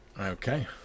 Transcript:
Okay